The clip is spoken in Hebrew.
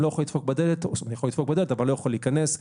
אני יכול לדפוק בדלת אבל לא להיכנס,